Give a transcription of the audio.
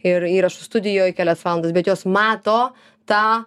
ir įrašų studijoj kelias valandas bet jos mato tą